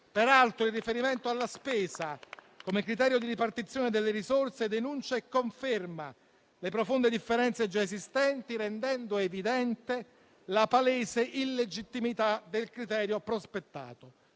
Peraltro, in riferimento alla spesa come criterio di ripartizione delle risorse, esso denuncia e conferma le profonde differenze già esistenti, rendendo evidente la palese illegittimità del criterio prospettato,